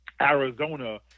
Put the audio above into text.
Arizona